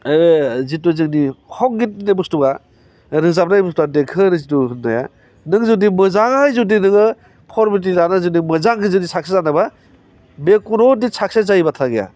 जिथु जोंनि संगित होननाय बुस्थुआ रोजाबनाय बुस्थुआ देंखो जिथु होन्नाया नों जुदि मोजाङै जुदि नोङो फरमेलिटि लानानै जुदि मोजां जुदि साक्सेस जानोबा बे खुनुदिन साक्सेस जायै बाथ्रा गैया